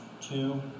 Two